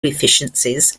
efficiencies